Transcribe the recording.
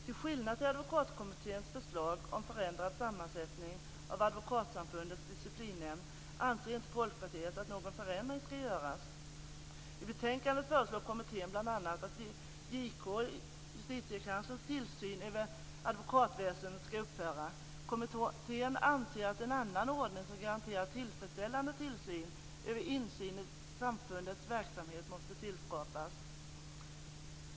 Till skillnad från Advokatkommitténs förslag om en förändrad sammansättning av Advokatsamfundets disciplinnämnd anser Folkpartiet inte att någon förändring ska göras. I betänkandet föreslår kommittén bl.a. att Justitiekanslerns tillsyn över advokatväsendet ska upphöra. Kommittén anser att en annan ordning som garanterar tillfredsställande tillsyn över och insyn i samfundets verksamhet måste tillskapas.